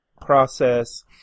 process